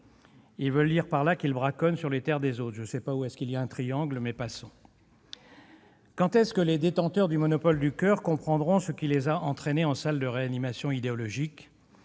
Ils veulent dire par là qu'il braconne sur les terres des autres ... Je ne sais pas où il y a un triangle, mais passons. Quand les détenteurs du monopole du coeur comprendront-ils ce qui les a entraînés en salle de réanimation idéologique,